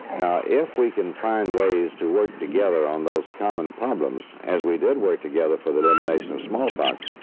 now, if we can find ways to work together on those common problems as we did work together for the elimination of smallpox,